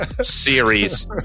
series